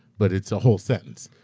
but it's a whole sentence,